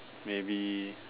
maybe